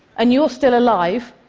and you're still alive,